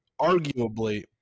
arguably